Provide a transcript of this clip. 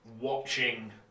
watching